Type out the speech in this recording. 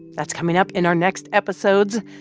that's coming up in our next episodes.